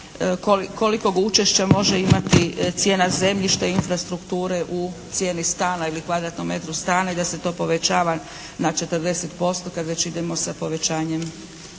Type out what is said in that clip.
kolikog učešća može imati cijena zemljišta i infrastrukure u cijeni stana ili kvadratnom metru stana i da se to povećava na 40% kad već idemo sa povećanjem